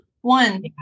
one